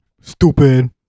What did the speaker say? Stupid